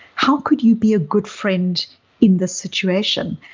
how could you be a good friend in the situation?